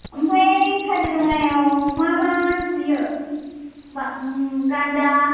ओमफ्राय काजिरङायाव मा मा नुयो मा गान्दा